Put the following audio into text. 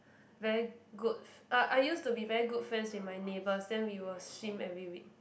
very good uh I used to be very good friends with my neighbours then we will swim every week